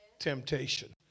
temptation